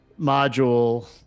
module